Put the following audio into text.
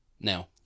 now